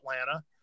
Atlanta